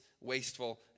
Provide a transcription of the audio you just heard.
wasteful